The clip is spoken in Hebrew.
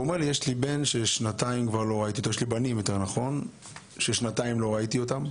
הוא סיפר שיש לו בנים ששנתיים לא ראה אותם.